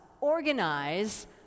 organize